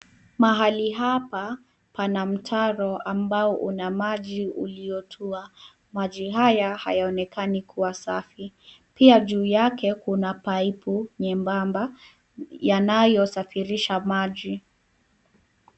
Mahali hapa pana mtaro ambao una maji uliotua. Maji haya hayaonekani kuwa safi. Pia juu yake kuna paipu nyembamba, yanayosafirisha maji.